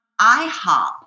IHOP